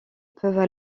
peuvent